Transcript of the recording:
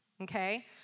okay